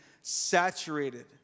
saturated